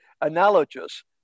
analogous